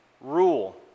rule